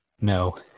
No